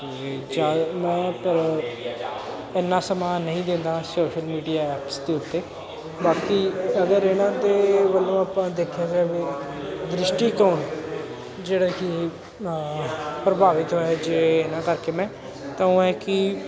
ਅਤੇ ਜਦ ਮੈਂ ਪਰ ਇੰਨਾ ਸਮਾਂ ਨਹੀਂ ਦਿੰਦਾ ਸੋਸ਼ਲ ਮੀਡੀਆ ਐਪਸ ਦੇ ਉੱਤੇ ਬਾਕੀ ਅਗਰ ਇਹਨਾਂ ਦੇ ਵੱਲੋਂ ਆਪਾਂ ਦੇਖਿਆ ਜਾਵੇ ਦ੍ਰਿਸ਼ਟੀਕੋਣ ਜਿਹੜਾ ਕੀ ਪ੍ਰਭਾਵਿਤ ਹੋਏ ਜੇ ਇਹਨਾਂ ਕਰਕੇ ਮੈਂ ਤਾਂ ਉਹ ਹੈ ਕਿ